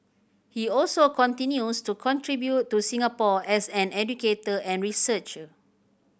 he also continues to contribute to Singapore as an educator and researcher